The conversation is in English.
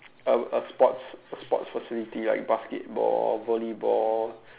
um a sports a sports facility like basketball volleyball